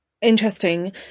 interesting